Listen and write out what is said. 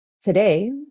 today